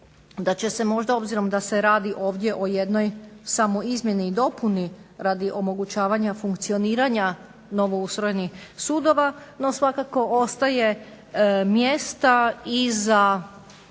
da će se možda obzirom da se radi ovdje o samo jednoj izmjeni i dopuni radi omogućavanja funkcioniranja novoustrojenih sudova, no svakako ostaje mjesta i za